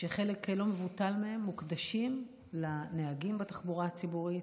שחלק לא מבוטל מהם מוקדשים לנהגים בתחבורה הציבורית,